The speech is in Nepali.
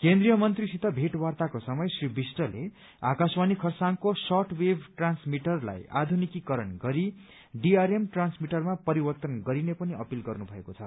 केन्द्रीय मन्त्रीसित भेटवातांको समय श्री विष्टले आकाशवाणी खरसाङको शर्ट वेभ ट्रान्समिटरलाई आधुनिकीकरण गरी डीआरएम ट्रान्समिटरमा परिवर्तन गरिने पनि अपिल गर्नुभएको छ